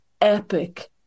epic